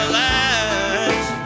lies